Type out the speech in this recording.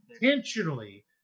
intentionally